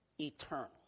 eternal